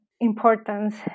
importance